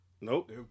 Nope